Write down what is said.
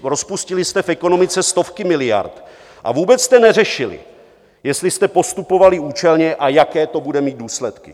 Rozpustili jste v ekonomice stovky miliard a vůbec jste neřešili, jestli jste postupovali účelně a jaké to bude mít důsledky.